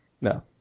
No